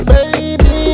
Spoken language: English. Baby